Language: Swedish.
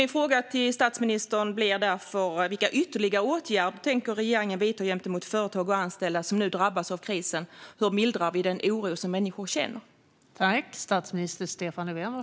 Min fråga till statsministern är därför vilka ytterligare åtgärder regeringen tänker vidta för företag och anställda som nu drabbas av krisen. Hur mildrar vi den oro som människor känner?